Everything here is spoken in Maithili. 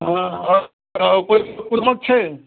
हँ आओर ओहिमे छै